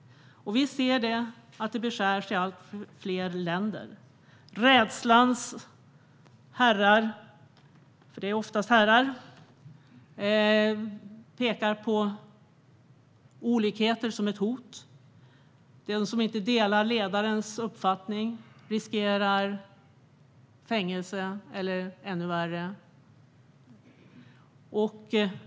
Vi kan se att det civila samhället beskärs i allt fler länder. Rädslans herrar - det är oftast herrar - pekar på olikheter som ett hot. Den som inte delar ledarens uppfattning riskerar fängelse eller ännu värre.